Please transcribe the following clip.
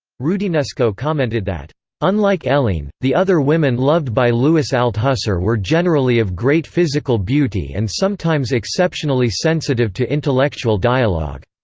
roudinesco commented that unlike helene, the other women loved by louis althusser were generally of great physical beauty and sometimes exceptionally sensitive to intellectual dialogue.